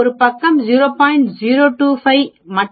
025 மற்ற பக்கம் 0